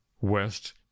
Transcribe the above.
West